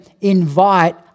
invite